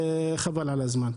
חבל על הזמן.